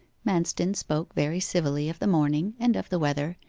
manston spoke very civilly of the morning, and of the weather,